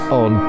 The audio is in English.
on